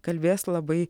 kalbės labai